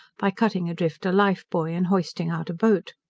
by cutting adrift a life buoy and hoisting out a boat.